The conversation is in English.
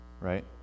right